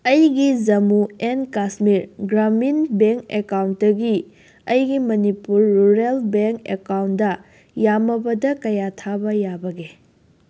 ꯑꯩꯒꯤ Jammu and Kashmir Grameen Bank ꯑꯦꯀꯥꯎꯟꯗꯒꯤ ꯑꯩꯒꯤ ꯃꯅꯤꯄꯨꯔ ꯔꯨꯔꯦꯜ ꯕꯦꯡ ꯑꯦꯀꯥꯎꯟꯗ ꯌꯥꯝꯃꯕꯗ ꯀꯌꯥ ꯊꯥꯕ ꯌꯥꯕꯒꯦ